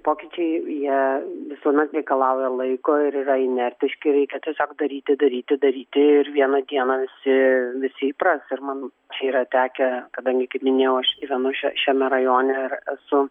pokyčiai jie visuomet reikalauja laiko ir yra inertiški reikia tiesiog daryti daryti daryti ir vieną dieną visi visi įpras ir man yra tekę kadangi kaip minėjau aš gyvenu šia šiame rajone ir esu